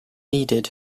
needed